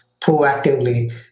proactively